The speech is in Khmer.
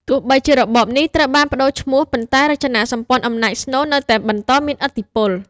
ទោះបីជារបបនេះត្រូវបានប្តូរឈ្មោះ ប៉ុន្តែរចនាសម្ព័ន្ធអំណាចស្នូលនៅតែបន្តមានឥទ្ធិពល។